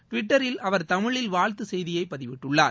டுவிட்டரில் அவர் தமிழில் வாழ்த்து செய்தியை பதிவிட்டுள்ளார்